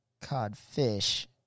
codfish